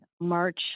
March